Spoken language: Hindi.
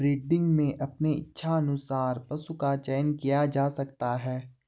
ब्रीडिंग में अपने इच्छा अनुसार पशु का चयन किया जा सकता है